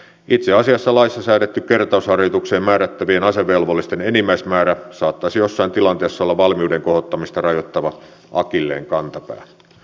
itse asiassa laissa säädetty kertausharjoitukseen määrättävien asevelvollisten enimmäismäärä saattaisi joissain tilanteissa olla valmiuden kohottamista rajoittava akilleenkantapää